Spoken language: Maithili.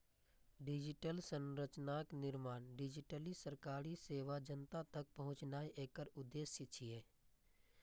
डिजिटल संरचनाक निर्माण, डिजिटली सरकारी सेवा जनता तक पहुंचेनाय एकर उद्देश्य छियै